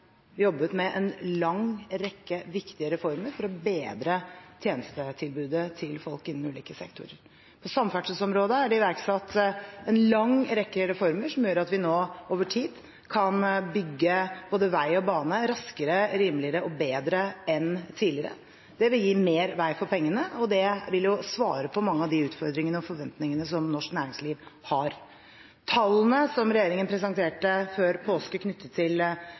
jobbet med en lang rekke viktige reformer for å bedre tjenestetilbudet til folk innen ulike sektorer. På samferdselsområdet er det iverksatt en lang rekke reformer som gjør at vi nå over tid kan bygge både vei og bane raskere, rimeligere og bedre enn tidligere. Det vil gi mer vei for pengene, og det vil jo svare på mange av de utfordringene og forventningene som norsk næringsliv har. Tallene som regjeringen presenterte før påske knyttet til